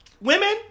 Women